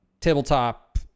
tabletop